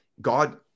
God